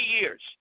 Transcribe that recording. years